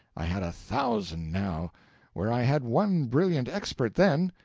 i had a thousand now where i had one brilliant expert then,